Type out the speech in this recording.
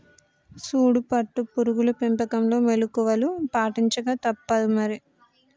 సూడు పట్టు పురుగుల పెంపకంలో మెళుకువలు పాటించక తప్పుదు మరి